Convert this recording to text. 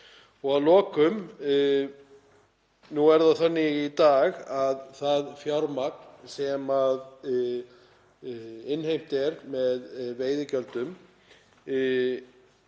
Og að lokum: Nú er það þannig í dag að það fjármagn sem innheimt er með veiðigjöldum